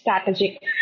strategic